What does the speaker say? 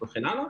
וכן הלאה,